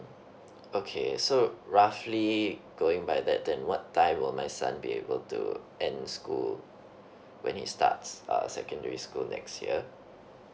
okay so roughly going by that then what time will my son be able to end school when he starts uh secondary school next year